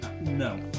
No